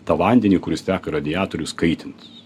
tą vandenį kuris teka į radiatorius kaitint